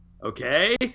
okay